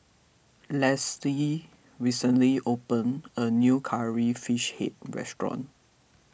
Leslie recently opened a new Curry Fish Head restaurant